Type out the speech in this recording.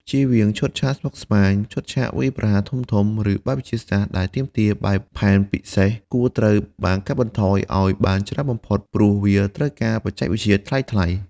ជៀសវាងឈុតឆាកស្មុគស្មាញ ឈុតឆាកវាយប្រហារធំៗ ឬបែបវិទ្យាសាស្ត្រដែលទាមទារបែបផែនពិសេស គួរត្រូវបានកាត់បន្ថយឱ្យបានច្រើនបំផុត ព្រោះវាត្រូវការបច្ចេកវិទ្យាថ្លៃៗ។